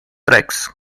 tracks